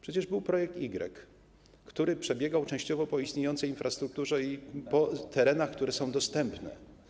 Przecież był projekt Y, który przebiegał częściowo po istniejącej infrastrukturze i po terenach, które są dostępne.